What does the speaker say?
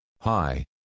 Hi